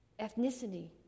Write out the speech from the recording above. ethnicity